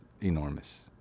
enormous